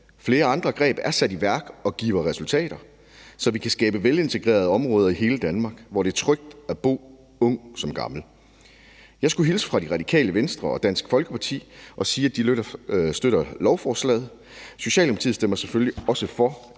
Flere andre greb er sat i værk og giver resultater, så vi kan skabe velintegrerede områder i hele Danmark, hvor det er trygt at bo for ung som gammel. Jeg skulle hilse fra De Radikale og Dansk Folkeparti og sige, at de støtter lovforslaget. Socialdemokratiet stemmer selvfølgelig også for